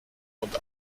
und